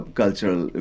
cultural